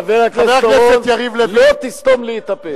חבר הכנסת אורון, לא תסתום לי את הפה.